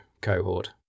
cohort